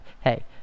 hey